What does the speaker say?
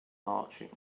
marching